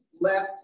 left